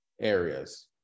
areas